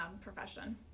profession